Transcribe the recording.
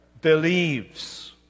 believes